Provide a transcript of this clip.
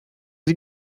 sie